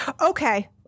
Okay